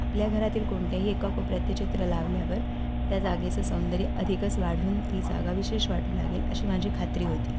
आपल्या घरातील कोणत्याही एका कोपऱ्यात ते चित्र लावल्यावर त्या जागेचं सौंदर्य अधिकच वाढून ती जागा विशेष वाटू लागेल अशी माझी खात्री होती